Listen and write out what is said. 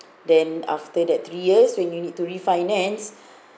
then after that three years when you need to refinance